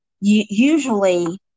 usually